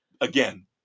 Again